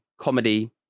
comedy